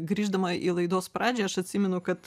grįždama į laidos pradžią aš atsimenu kad